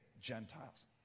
Gentiles